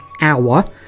hour